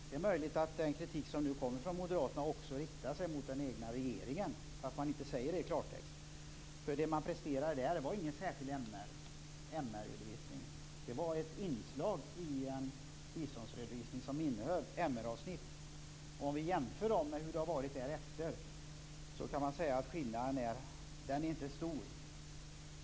Det är möjligt att den kritik som nu kommer från Moderaterna också riktar sig mot den egna regeringen, fastän man inte säger det i klartext. Det man presterade var inte någon särskild MR-redovisning. Det var ett inslag i en biståndsredovisning som innehöll MR-avsnitt. Om vi jämför det med hur det har varit därefter är skillnaden inte stor.